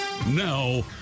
Now